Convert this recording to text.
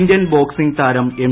Indian boxing താരം M